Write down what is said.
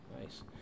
Nice